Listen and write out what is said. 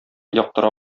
яктыра